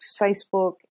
Facebook